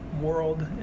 world